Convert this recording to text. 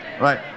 Right